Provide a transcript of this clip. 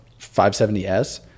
570S